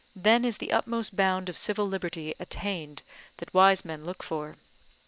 then is the utmost bound of civil liberty attained that wise men look for.